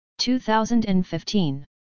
2015